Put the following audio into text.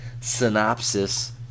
synopsis